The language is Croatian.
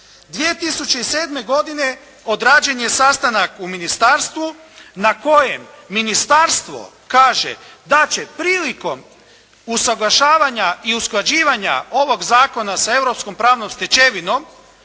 2007. godine odrađen je sastanak u ministarstvu na kojem ministarstvo kaže da će prilikom usaglašavanja i usklađivanja ovog zakona sa europskom pravnom stečevinom